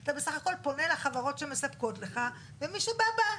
אתה בסך הכול פונה לחברות שמספקות לך ומי שבא בא,